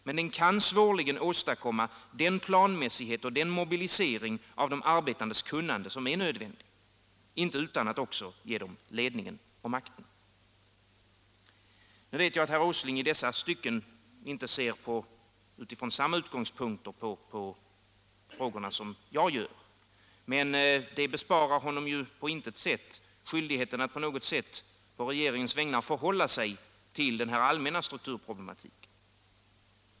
Men den kan svårligen åstadkomma den planmässighet och den mobilisering av de arbetandes kunnande som är nödvändig — inte utan att också ge dem ledningen och makten. 203 Om strukturproblemen inom svenskt produktionsliv Nu vet jag att herr Åsling i detta stycke inte ser på frågorna utifrån samma utgångspunkter som jag gör. Men det besparar honom ju inte skyldigheten att på regeringens vägnar på något sätt förhålla sig till den här allmänna strukturproblematiken.